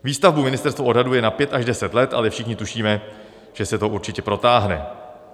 Výstavbu ministerstvo odhaduje na pět až deset let, ale všichni tušíme, že se to určitě protáhne.